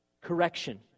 correction